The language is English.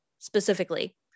specifically